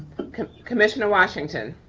commissioner washington.